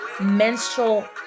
menstrual